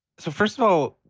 so first of all,